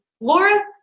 Laura